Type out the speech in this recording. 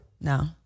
No